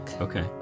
Okay